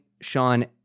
sean